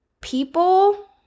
people